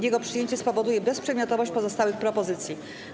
Jego przyjęcie spowoduje bezprzedmiotowość pozostałych propozycji.